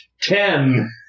Ten